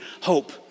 hope